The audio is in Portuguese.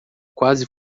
quase